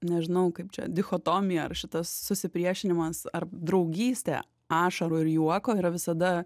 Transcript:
nežinau kaip čia dichotomija ar šitas susipriešinimas ar draugystė ašarų ir juoko yra visada